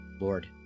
Lord